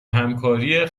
همکاری